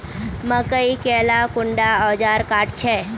मकई के ला कुंडा ओजार काट छै?